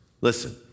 Listen